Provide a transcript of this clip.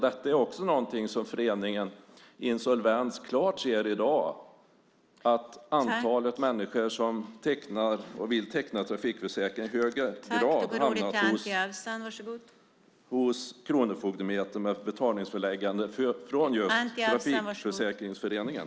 Detta är också någonting som Föreningen Insolvens klart ser i dag är att ett antal människor som vill teckna trafikförsäkring hamnar hos Kronofogdemyndigheten med betalningsföreläggande från just Trafikförsäkringsföreningen.